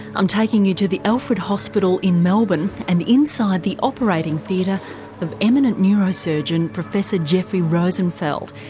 i'm taking you to the alfred hospital in melbourne and inside the operating theatre of eminent neurosurgeon professor jeffrey rosenfeld,